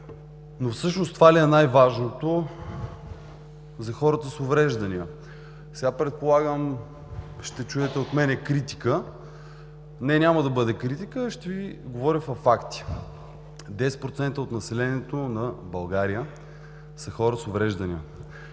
но всъщност това ли е най-важното за хората с уврежданията? Предполагате, че ще чуете от мен критика. Не, няма да бъде критика, а ще говоря с факти. Десет процента от населението на България са хора с увреждания.